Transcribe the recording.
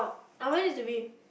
I want it to be